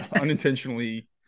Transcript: unintentionally